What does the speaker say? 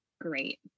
great